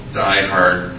die-hard